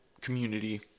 community